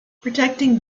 protecting